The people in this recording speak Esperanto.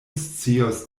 scios